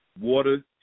water